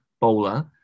bowler